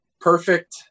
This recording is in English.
perfect